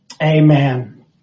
Amen